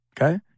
okay